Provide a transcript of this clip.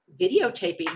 videotaping